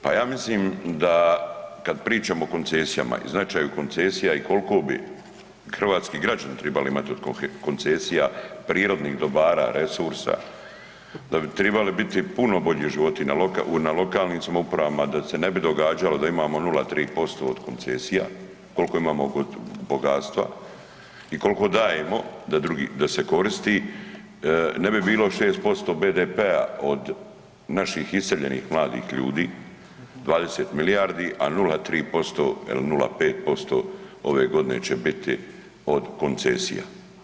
Pa ja mislim da kad pričamo o koncesijama i značaju koncesija i koliko bi hrvatski građani tribali imati od koncesija, prirodnih dobara, resursa da bi tribali biti puno bolji životi na lokalnim samoupravama da se ne bi događalo da imamo 0,3% od koncesija koliko imamo bogatstva i koliko dajemo da se koristi, ne bi bilo 6% BDP-a od naših iseljenih mladih ljudi, 20 milijardi, a 0,3 il 0,5% ove godine će biti od koncesija.